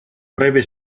breve